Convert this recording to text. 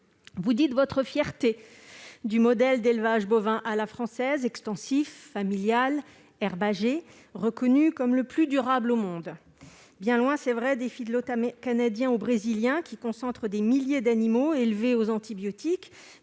Vous dites votre fierté du modèle d'élevage bovin « à la française », extensif, familial, herbager, reconnu comme le plus durable au monde, bien loin des canadiens ou brésiliens, qui concentrent des milliers d'animaux élevés aux antibiotiques,